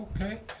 okay